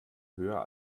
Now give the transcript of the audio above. höher